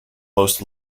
most